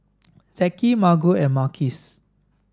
Zeke Margo and Marquise